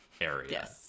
area